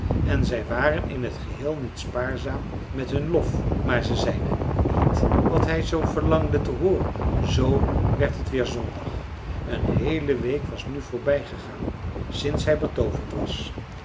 en zij waren in t geheel niet spaarzaam met hun lof maar ze zeiden niet wat hij zoo verlangde te hooren zoo werd het weer zondag een heele week was nu voorbij gegaan sinds hij betooverd was